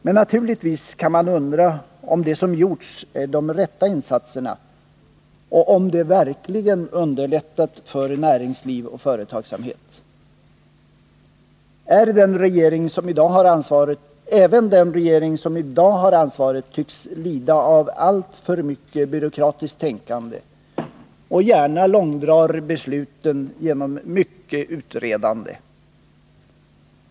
Men naturligtvis kan man undra om det som har gjorts är de rätta insatserna och om de verkligen har underlättat för näringsliv och företagsamhet. Även den regering som i dag har ansvaret tycks lida av alltför mycket byråkratiskt tänkande och långdrar gärna besluten genom mycket utredande.